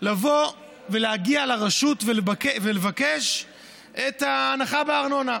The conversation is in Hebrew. לבוא ולהגיע לרשות ולבקש את ההנחה בארנונה.